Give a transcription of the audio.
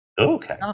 Okay